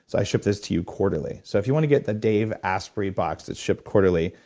i ship this to you quarterly so if you want to get a dave asprey box that's shipped quarterly,